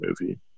movie